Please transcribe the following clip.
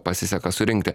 pasiseka surinkti